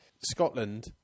Scotland